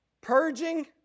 purging